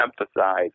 emphasize